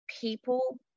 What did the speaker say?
people